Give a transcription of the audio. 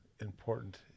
important